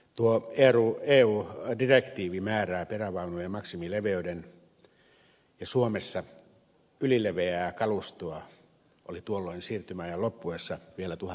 tuo eu direktiivi määrää perävaunujen maksimileveyden ja suomessa ylileveää kalustoa oli tuolloin siirtymäajan loppuessa vielä tuhatmäärin